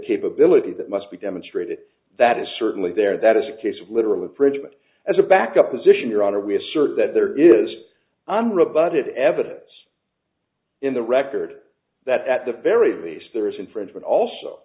capability that must be demonstrated that is certainly there that is a case of literally pritchett as a back up position your honor we assert that there is an rebutted evidence in the record that at the very least there is infringement also